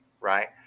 right